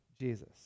Jesus